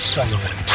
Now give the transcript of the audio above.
Sullivan